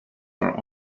are